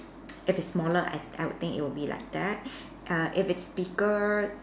if it's smaller I I will think it will be like that err if it's bigger